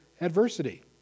adversity